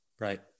Right